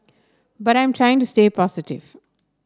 but I'm trying to stay positive